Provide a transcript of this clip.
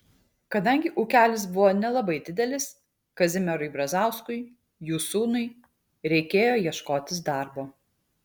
kadangi ūkelis buvo nelabai didelis kazimierui brazauskui jų sūnui reikėjo ieškotis darbo